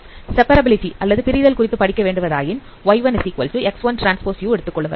separability அல்லது பிரிதல் குறித்து படிக்க வேண்டுவ தாயின்Y1 X1Tu எடுத்துக்கொள்ளுங்கள்